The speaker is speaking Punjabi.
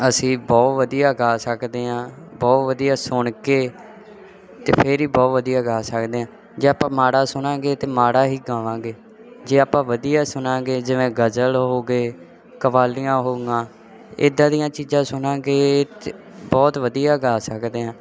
ਅਸੀਂ ਬਹੁਤ ਵਧੀਆ ਗਾ ਸਕਦੇ ਹਾਂ ਬਹੁਤ ਵਧੀਆ ਸੁਣ ਕੇ ਫਿਰ ਹੀ ਬਹੁਤ ਵਧੀਆ ਗਾ ਸਕਦੇ ਹਾਂ ਜੇ ਆਪਾਂ ਮਾੜਾ ਸੁਣਾਂਗੇ ਤਾਂ ਮਾੜਾ ਹੀ ਗਾਵਾਂਗੇ ਜੇ ਆਪਾਂ ਵਧੀਆ ਸੁਣਾਂਗੇ ਜਿਵੇਂ ਗਜ਼ਲ ਹੋ ਗਏ ਕਵਾਲੀਆਂ ਹੋ ਗਈਆਂ ਇੱਦਾਂ ਦੀਆਂ ਚੀਜ਼ਾਂ ਸੁਣਾਂਗੇ ਤਾਂ ਬਹੁਤ ਵਧੀਆ ਗਾ ਸਕਦੇ ਹਾਂ